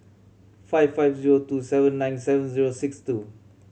five five zero two seven nine seven zero six two